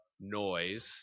noise